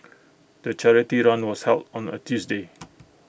the charity run was held on A Tuesday